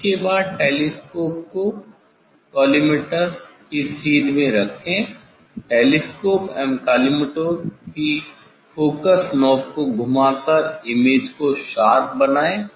इसके बाद टेलीस्कोप को कॉलीमटोर की सीध में रखें टेलीस्कोप एवं कॉलीमटोर की फोकस नॉब को घुमा कर इमेज को शार्प बनाये